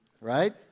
right